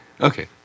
Okay